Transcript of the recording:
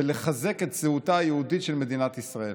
ולחזק את זהותה היהודית של מדינת ישראל.